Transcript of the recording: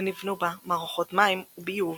ונבנו בה מערכות מים וביוב